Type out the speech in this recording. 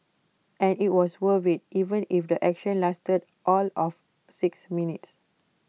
and IT was worth IT even if the action lasted all of six minutes